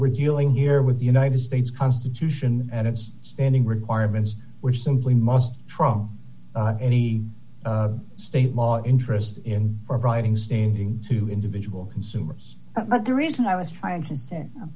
we're dealing here with the united states constitution and its standing requirements which simply must from any state law interest in providing standing to individual consumers but the reason i was trying to s